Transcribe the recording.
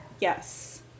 Yes